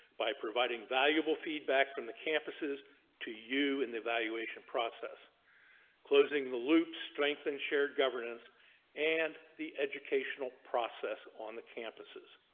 by providing valuable feedback from the campuses to you in the valuation process closing the loop strengthen shared governance and the educational process on the campuses.